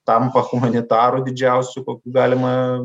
tampa humanitaru didžiausiu galima